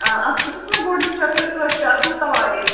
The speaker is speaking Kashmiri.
آ اَتھ چھُ نہٕ حَظ مےٚ گۄڈنیُک چپٹر کٲشرِ ادبُک تَواریٖخ